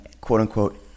quote-unquote